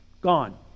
Gone